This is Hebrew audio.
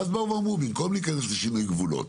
ואז אמרו במקום להיכנס לשינוי גבולות,